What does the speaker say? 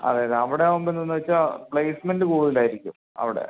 അതെ അതെ അവിടെ ആകുമ്പോൾ എന്താന്ന് വെച്ചാൽ പ്ലേസ്മെൻറ്റ് കൂടുതൽ ആയിരിക്കും അവിടെ